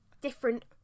different